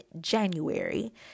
January